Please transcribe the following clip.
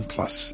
Plus